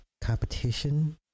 competition